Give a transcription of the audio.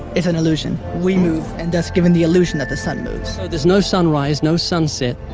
it's an illusion. we move and thus giving the illusion that the sun moves. so, there's no sunrise, no sunset.